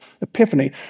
epiphany